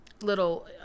little